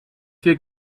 viel